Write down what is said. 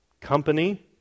company